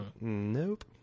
nope